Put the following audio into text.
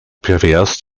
pervers